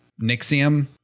Nixium